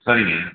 சரிங்க